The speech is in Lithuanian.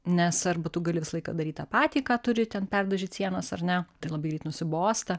nes arba tu gali visą laiką darytitą patį ką turi ten perdažyt sienas ar ne tai labai greit nusibosta